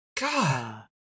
God